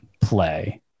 play